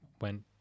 went